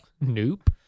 Nope